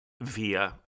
via